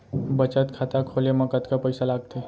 बचत खाता खोले मा कतका पइसा लागथे?